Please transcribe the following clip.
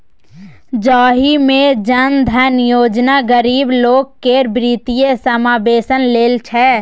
जाहि मे जन धन योजना गरीब लोक केर बित्तीय समाबेशन लेल छै